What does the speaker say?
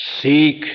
Seek